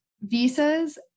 visas